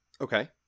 Okay